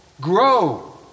grow